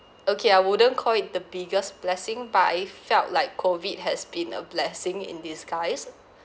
okay I wouldn't call it the biggest blessing but I felt like COVID has been a blessing in disguise